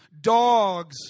dogs